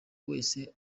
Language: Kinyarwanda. wese